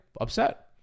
upset